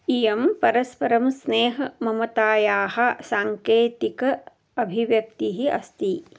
इयं परस्परं स्नेहममतायाः साङ्केतिक अभिव्यक्तिः अस्ति